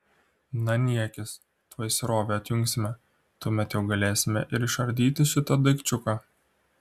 na niekis tuoj srovę atjungsime tuomet jau galėsime ir išardyti šitą daikčiuką